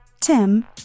Tim